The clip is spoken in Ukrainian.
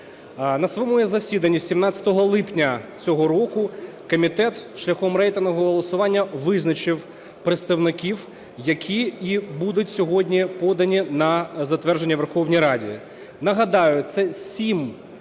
На своєму засіданні 17 липня цього року комітет шляхом рейтингового голосування визначив представників, які і будуть сьогодні подані на затвердження Верховній Раді. Нагадаю, це 7